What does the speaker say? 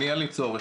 אין לי צורך,